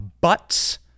butts